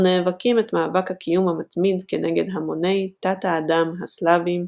ונאבקים את מאבק הקיום המתמיד כנגד המוני "תת האדם" הסלאביים,